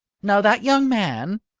now, that young man,